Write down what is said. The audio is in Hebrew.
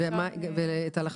יש איזה גבול מסוים למענק שנתי.